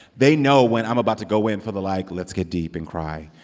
they know when i'm about to go in for the, like, let's get deep and cry